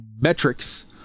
Metrics